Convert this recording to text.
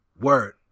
Word